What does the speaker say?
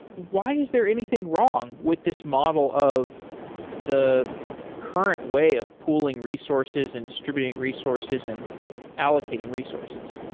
why is there anything wrong with this model of the current way of pulling resources and distributing resources and allocating resources?